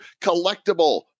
collectible